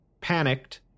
Panicked